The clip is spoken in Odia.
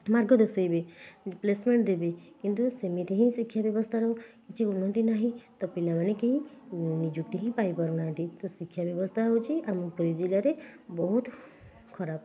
ମାର୍ଗ ଦର୍ଶେଇବେ ପ୍ଲେସମେଣ୍ଟ ଦେବେ କିନ୍ତୁ ସେମିତି ହିଁ ଶିକ୍ଷା ଵ୍ୟବସ୍ଥାରୁ କିଛି ଉନ୍ନତି ନାହିଁ ତ ପିଲାମାନେ କେହି ନିଯୁକ୍ତି ହିଁ ପାଇପାରୁ ନାହାଁନ୍ତି ତ ଶିକ୍ଷା ଵ୍ୟବସ୍ଥା ହେଉଛି ଆମ ପୁରୀ ଜିଲ୍ଲାରେ ବହୁତ ଖରାପ